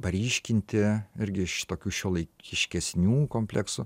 paryškinti irgi iš tokių šiuolaikiškesnių kompleksų